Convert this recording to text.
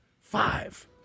Five